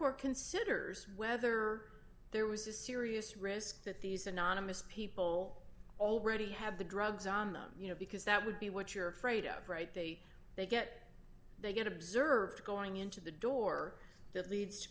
court considers whether there was a serious risk that these anonymous people already have the drugs on them you know because that would be what you're afraid of right they they get they get observed going into the door that leads to